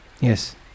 Yes